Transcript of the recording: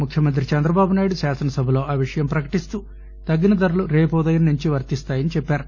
ముఖ్యమంత్రి చంద్రబాబునాయుడు శాసనసభలో ఈ విషయం ప్రకటిస్తూ తగ్గిన ధరలు రేపు ఉదయం నుంచి వర్తిస్తాయని చెప్పారు